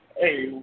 Hey